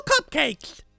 cupcakes